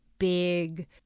big